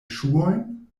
ŝuojn